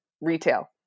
retail